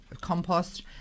compost